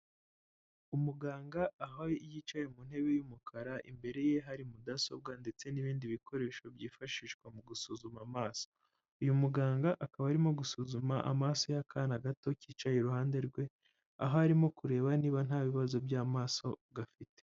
Umuganga, aho yicaye mu ntebe y'umukara, imbere ye hari mudasobwa ndetse n'ibindi bikoresho byifashishwa mu gusuzuma amaso. Uyu muganga akaba arimo gusuzuma amaso y'akana gato kicaye iruhande rwe, aho arimo kureba niba nta bibazo by'amaso gafite.